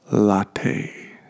Latte